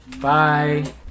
Bye